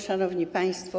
Szanowni Państwo!